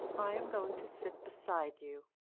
i am going to sit beside you